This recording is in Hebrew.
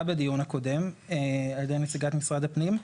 בדיון הקודם על ידי נציגת משרד הפנים.